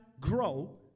grow